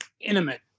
intimate